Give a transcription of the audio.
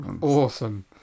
Awesome